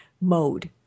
mode